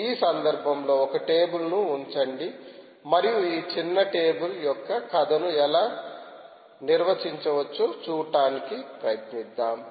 ఈ సందర్భంలో ఒక టేబుల్ ను ఉంచండి మరియు ఈ చిన్న టేబుల్ యొక్క కథను ఎలా నిర్మించవచ్చో చూడటానికి ప్రయత్నిద్దాం